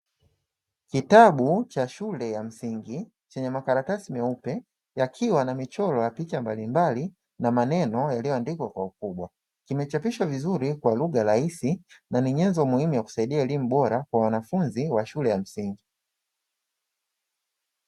Kitabu cha shule ya msingi chenye makaratasi meupe yakiwa na michoro ya picha mbalimbali, na maneno yaliyoandikwa kwa ukubwa, kimechapishwa vizuri kwa lugha rahisis na ni nyenzo muhimu ya kusaidia elimu bora kwa wanafunzi wa shule ya msingi.